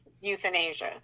euthanasia